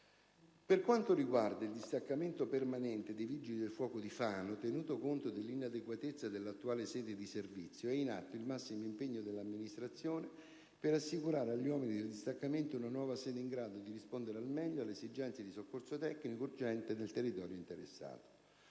Per quanto riguarda il distaccamento permanente dei Vigili del fuoco di Fano, tenuto conto dell'inadeguatezza dell'attuale sede di servizio, è in atto il massimo impegno dell'amministrazione per assicurare agli uomini del distaccamento una nuova sede in grado di rispondere al meglio alle esigenze del soccorso tecnico urgente nel territorio interessato.